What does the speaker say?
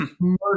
murder